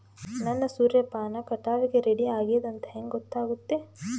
ನನ್ನ ಸೂರ್ಯಪಾನ ಕಟಾವಿಗೆ ರೆಡಿ ಆಗೇದ ಅಂತ ಹೆಂಗ ಗೊತ್ತಾಗುತ್ತೆ?